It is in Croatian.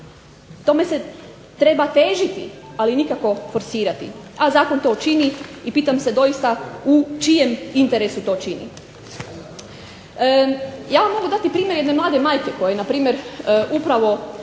tome se treba težiti, ali nikako forsirati. A zakon to čini i pitam se doista u čijem interesu to čini. Ja vam mogu dati primjer jedne mlade majke koja je npr. upravo